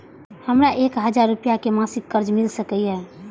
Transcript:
हमरा एक हजार रुपया के मासिक कर्ज मिल सकिय?